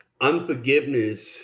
unforgiveness